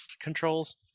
controls